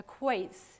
equates